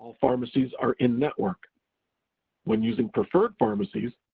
pharmacies are in-network. when using preferred pharmacies,